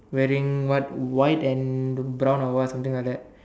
wearing what white and brown or what something like that